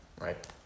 right